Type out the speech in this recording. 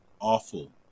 awful